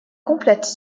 complète